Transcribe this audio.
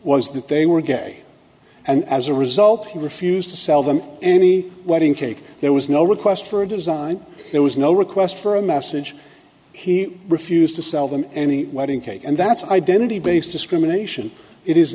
was that they were gay and as a result he refused to sell them any wedding cake there was no request for design there was no request for a message he refused to sell them any wedding cake and that's identity based discrimination it is